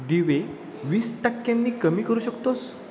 दिवे वीस टक्क्यांनी कमी करू शकतोस